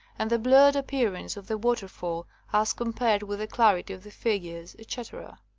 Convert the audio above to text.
and the blurred appearance of the waterfall as compared with the clarity of the figures, etc.